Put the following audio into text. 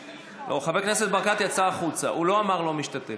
חבר הכנסת ברקת יצא החוצה, הוא לא אמר אינו משתתף.